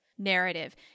Narrative